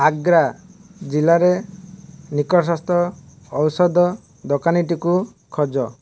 ଆଗ୍ରା ଜିଲ୍ଲାରେ ନିକଟସ୍ଥ ଔଷଧ ଦୋକାନୀଟିକୁ ଖୋଜ